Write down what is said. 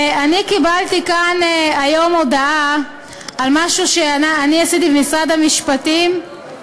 אני קיבלתי כאן היום הודעה על משהו שעשיתי במשרד המשפטים,